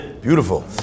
Beautiful